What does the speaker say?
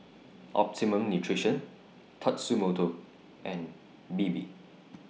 Optimum Nutrition Tatsumoto and Bebe